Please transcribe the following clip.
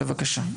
בבקשה.